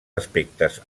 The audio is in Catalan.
aspectes